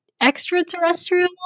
extraterrestrial